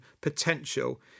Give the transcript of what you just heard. potential